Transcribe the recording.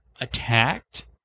attacked